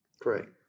Correct